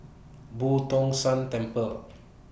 Boo Tong San Temple